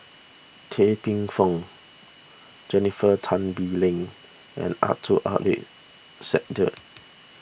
Tan Paey Fern Jennifer Tan Bee Leng and Abdul Aleem Siddique